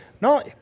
No